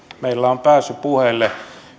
meillä on pääsy puheille